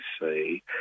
see